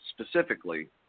specifically